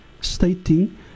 Stating